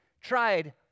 tried